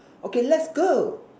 okay let's go